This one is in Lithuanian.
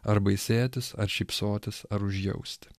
ar baisėtis ar šypsotis ar užjausti